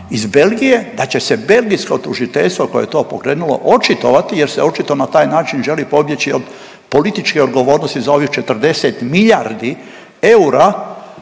iz Belgije da će se belgijsko tužiteljstvo koje je to pokrenulo očitovati jer se očito na taj način želi pobjeći od političke odgovornosti za ovih 40 milijardi eura